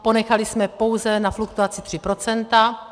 Ponechali jsme pouze na fluktuaci 3 %.